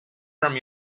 from